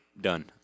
Done